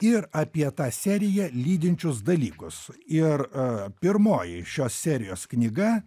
ir apie tą seriją lydinčius dalykus ir pirmoji šios serijos knyga